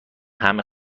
همه